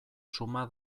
suma